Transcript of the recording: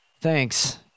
Thanks